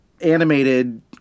animated